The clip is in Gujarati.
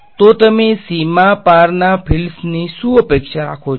તો તમે સીમા પારના ફીલ્ડ્સની શું અપેક્ષા રાખો છો